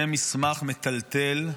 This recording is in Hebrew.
זה מסמך מטלטל.